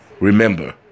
Remember